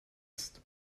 ist